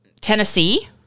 Tennessee